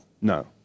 no